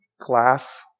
class